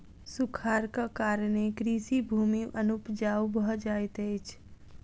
सूखाड़क कारणेँ कृषि भूमि अनुपजाऊ भ जाइत अछि